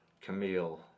Camille